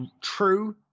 true